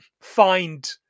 find